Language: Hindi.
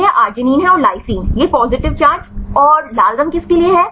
यह arginine है और lys यह पॉजिटिव चार्ज और लाल रंग किसके लिए है